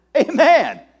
Amen